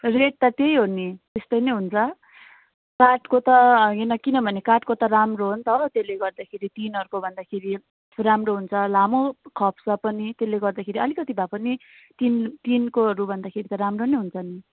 rate त त्यही हो नि त्यस्तै नै हुन्छ काठको त होइन किनभने काठको त राम्रो हो नि त त्यसले गर्दाखेरि टिनहरू भन्दाखेरि राम्रो हुन्छ लामो खप्छ पनि त्यसले गर्दाखेरि अलिकति भए पनि टिन टिनकोहरू भन्दाखेरि त राम्रो नै हुन्छ नि